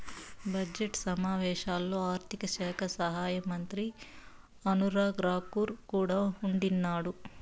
budget సమావేశాల్లో ఆర్థిక శాఖ సహాయమంత్రి అనురాగ్ రాకూర్ కూడా ఉండిన్నాడు